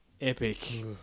epic